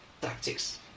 tactics